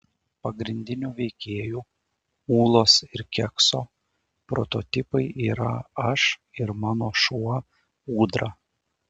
pagrindinių veikėjų ūlos ir kekso prototipai yra aš ir mano šuo ūdra